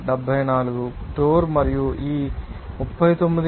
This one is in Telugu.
74 టోర్ మరియు ఈ 39